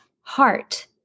heart